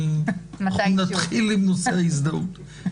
נתחיל עם נושא ההזדהות.